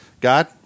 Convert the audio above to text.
God